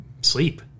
sleep